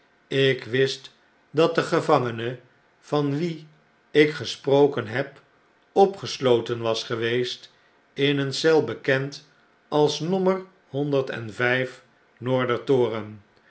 ik wist dat de gevangene van wien ik gesproken heb opgesloten was geweest in eene eel bekend als nommer honderd